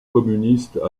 communiste